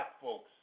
folks